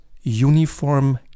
Uniform